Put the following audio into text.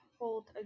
hold